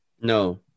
No